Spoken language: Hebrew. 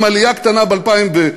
עם עלייה קטנה ב-2014,